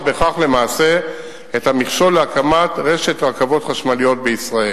בכך למעשה את המכשול להקמת רשת רכבות חשמליות בישראל.